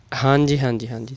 ਹਾਂਜੀ ਹਾਂਜੀ ਹਾਂਜੀ